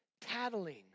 tattling